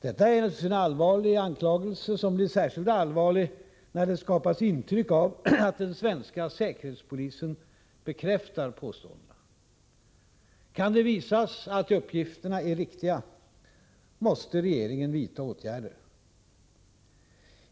Detta är naturligtvis en allvarlig anklagelse som blir särskilt allvarlig när det skapas intryck av att den svenska säkerhetspolisen bekräftar påståendena. Kan det visas att uppgifterna är riktiga, måste regeringen vidta åtgärder.